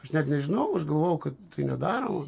aš net nežinau aš galvojau kad tai nedaroma